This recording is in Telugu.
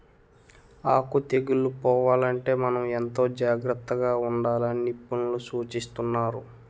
ఆకు తెగుళ్ళు పోవాలంటే మనం ఎంతో జాగ్రత్తగా ఉండాలని నిపుణులు సూచిస్తున్నారు